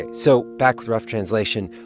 and so back with rough translation.